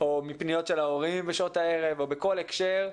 או מפניות של ההורים בשעות הערב או בכל הקשר.